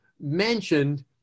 mentioned